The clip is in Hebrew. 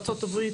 ארצות הברית,